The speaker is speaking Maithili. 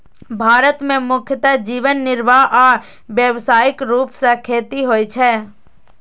भारत मे मुख्यतः जीवन निर्वाह आ व्यावसायिक रूप सं खेती होइ छै